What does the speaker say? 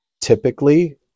typically